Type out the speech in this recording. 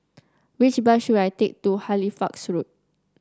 which bus should I take to Halifax Road